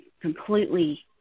completely